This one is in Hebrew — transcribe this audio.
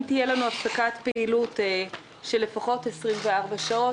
אם תהיה לנו הפסקת פעילות של לפחות 24 שעות,